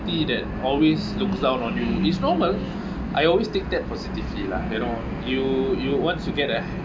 that always looks down on you is normal I always take that positively lah you know you you once you get the